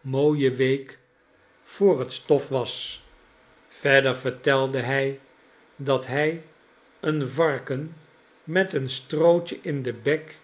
mooie week voor het stof was verder vertelde hij dat hij een varken met een strootje in den bek